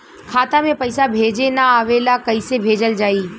खाता में पईसा भेजे ना आवेला कईसे भेजल जाई?